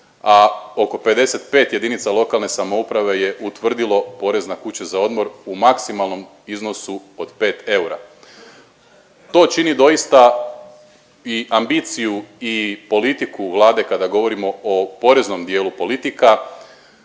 a oko 55 jedinica lokalne samouprave je utvrdilo porez na kuće za odmor u maksimalnom iznosu od 5 eura. To čini doista i ambiciju i politiku Vlade kada govorimo o poreznom dijelu politika